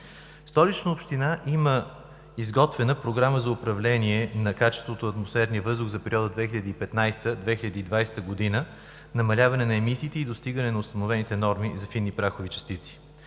Столична община има изготвена Програма за управление на качеството на атмосферния въздух за периода 2015 – 2020 г. – намаляване на емисиите и достигане на установените норми за фини прахови частици.